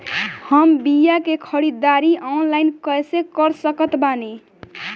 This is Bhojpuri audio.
हम बीया के ख़रीदारी ऑनलाइन कैसे कर सकत बानी?